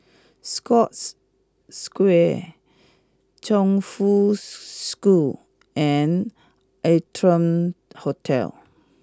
Scotts Square Chongfu School and Arton Hotel